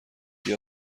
بیا